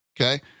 Okay